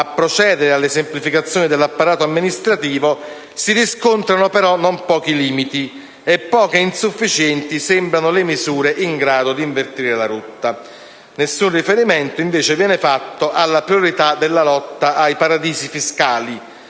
a procedere alle semplificazioni dell'apparato amministrativo, si riscontrano però non pochi limiti, e poche e insufficienti sembrano le misure in grado di invertire la rotta. Nessun riferimento viene fatto, invece, alla priorità della lotta ai paradisi fiscali,